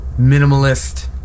minimalist